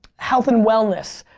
health and wellness,